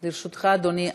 לרשותך, אדוני,